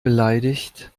beleidigt